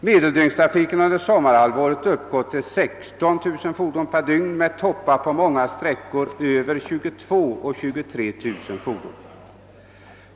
Medeldygnstrafiken under sommarhalvåret uppgår till 16 000 fordon per dygn med toppar på många sträckor med 22 000—23 000 fordon.